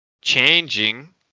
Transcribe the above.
changing